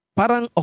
parang